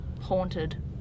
haunted